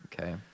okay